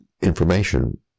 information